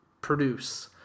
produce